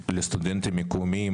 לסטודנטים מקומיים,